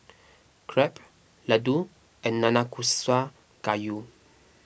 Crepe Ladoo and Nanakusa Gayu